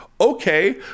Okay